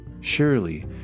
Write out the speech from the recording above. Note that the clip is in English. Surely